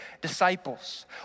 disciples